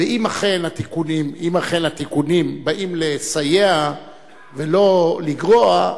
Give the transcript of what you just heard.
ואם אכן התיקונים באים לסייע ולא לגרוע,